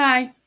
Bye